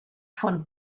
von